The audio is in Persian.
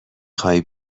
خوای